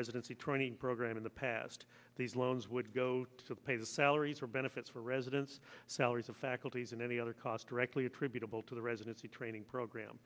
residency training program in the past these loans would go to pay the salaries or benefits for residents salaries of faculties and any other cost directly attributable to the residency training program